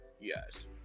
yes